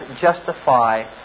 justify